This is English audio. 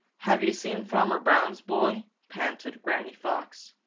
have you seen farmer brown's boy? panted granny fox.